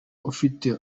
ufite